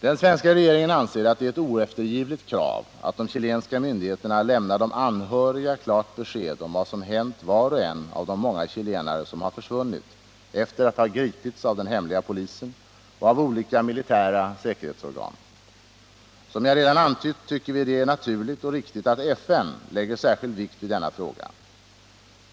Den svenska regeringen anser att det är ett oeftergivligt krav att de chilenska myndigheterna lämnar de anhöriga klart besked om vad som hänt varoch en av de många chilenare som har försvunnit efter att ha gripits av den hemliga polisen och av olika militära säkerhetsorgan. Som jag redan antytt tycker vi att det är naturligt och riktigt att FN lägger särskild vikt vid denna fråga.